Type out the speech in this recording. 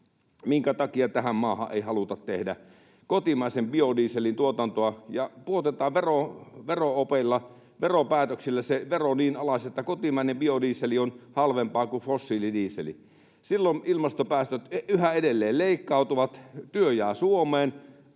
Minkä takia tähän maahan ei haluta tehdä kotimaisen biodieselin tuotantoa? Pudotettaisiin veropäätöksillä se vero niin alas, että kotimainen biodiesel olisi halvempaa kuin fossiilidiesel. Silloin ilmastopäästöt yhä edelleen leikkautuisivat, työ jäisi Suomeen,